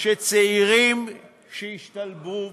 צעירים שישתלבו בה.